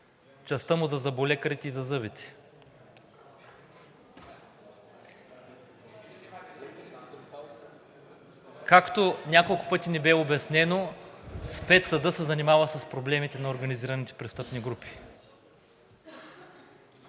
частта му за зъболекарите и за зъбите. Както няколко пъти ни бе обяснено, Спецсъдът се занимава с проблемите на организираните престъпни групи.